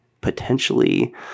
potentially